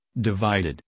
divided